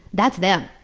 that's them.